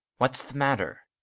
what's the matter?